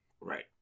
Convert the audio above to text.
Right